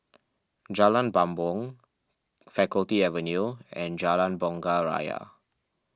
Jalan Bumbong Faculty Avenue and Jalan Bunga Raya